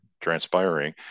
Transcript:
transpiring